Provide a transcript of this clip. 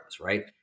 right